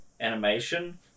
animation